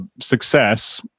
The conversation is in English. success